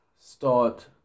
start